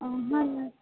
ma'am